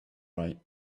right